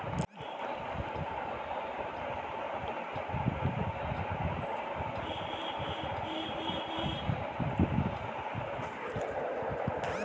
UPI की full form क्या है?